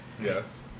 Yes